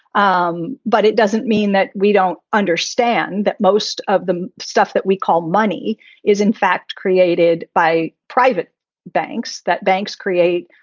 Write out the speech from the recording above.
um but it doesn't mean that we don't understand that most of the stuff that we call money is in fact created by private banks that banks create.